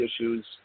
issues